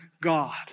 God